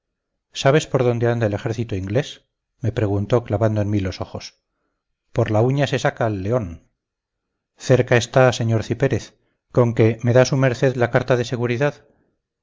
sabes por dónde anda el ejército inglés me preguntó clavando en mí los ojos por la uña se saca al león cerca está señor cipérez conque me da su merced la carta de seguridad